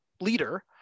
leader